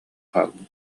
хаалбыт